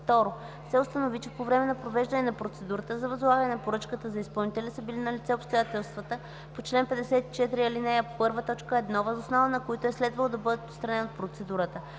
1; 2. се установи, че по време на провеждане на процедурата за възлагане на поръчката за изпълнителя са били налице обстоятелства по чл. 54, ал. 1, т. 1, въз основа на които е следвало да бъде отстранен от процедурата;